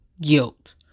guilt